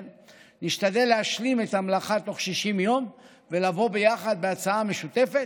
נשתדל להשלים את המלאכה תוך 60 יום ולבוא ביחד בהצעה משותפת,